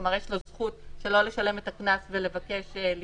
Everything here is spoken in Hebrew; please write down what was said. כלומר יש לו זכות שלא לשלם את הקנס ולבקש להישפט,